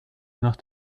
nach